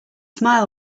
smile